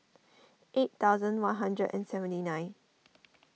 eight thousand one hundred and seventy nine